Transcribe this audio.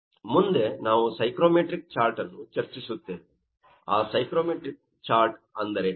ಮುಂದೆ ನಾವು psychrometric chart ಅನ್ನು ಚರ್ಚಿಸುತ್ತೇವೆ ಆ ಸೈಕ್ರೋಮೆಟ್ರಿಕ್ ಚಾರ್ಟ್ ಅಂದರೆ ಏನು